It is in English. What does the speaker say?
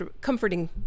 comforting